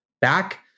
back –